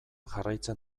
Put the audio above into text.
jarraitzen